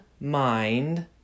mind